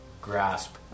grasp